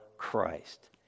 Christ